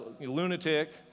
lunatic